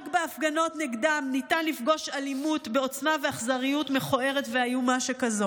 רק בהפגנות נגדם ניתן לפגוש אלימות בעוצמה ובאכזריות מכוערות שכאלה.